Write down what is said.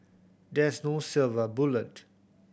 there is no silver bullet